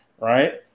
right